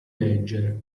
leggere